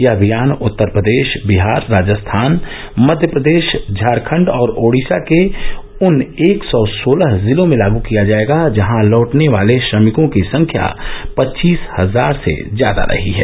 यह अभियान उत्तर प्रदेश बिहार राजस्थान मध्यप्रदेश ज्ञारखंड और ओडीसा के उन एक सौ सोलह जिलों में लागू किया जाएगा जहां लौटने वाले श्रमिकों की संख्या पच्चीस हजार से ज्यादा रही है